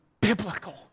biblical